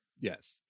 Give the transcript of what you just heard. Yes